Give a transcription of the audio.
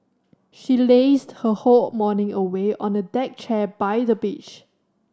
she lazed her whole morning away on a deck chair by the beach